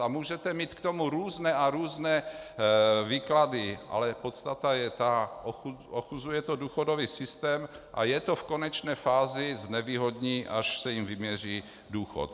A můžete mít k tomu různé a různé výklady, ale podstata je ta ochuzuje to důchodový systém a je to v konečné fázi znevýhodní, až se jim vyměří důchod.